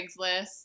craigslist